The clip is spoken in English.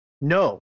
No